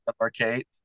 arcade